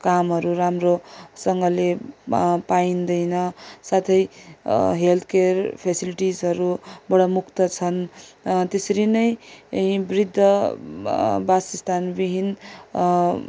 कामहरू राम्रोसँगले पाइन्दैन साथै हेल्थकेयर फेसिलिटिसहरूबाट मुक्त छन् त्यसरी नै वृद्ध बासस्थानविहीन